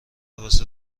واسه